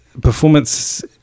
performance